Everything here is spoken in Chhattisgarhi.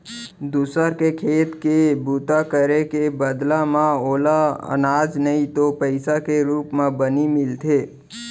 दूसर के खेत के बूता करे के बदला म ओला अनाज नइ तो पइसा के रूप म बनी मिलथे